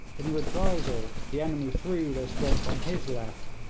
in reprisal the enemy threw their strength on his left,